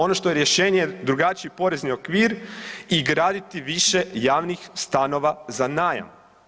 Ono to je rješenje, drugačiji porezni okvir i graditi više javnih stanova za najam.